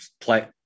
play